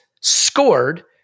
scored